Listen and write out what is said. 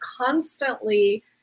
constantly